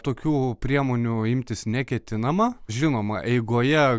tokių priemonių imtis neketinama žinoma eigoje